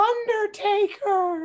Undertaker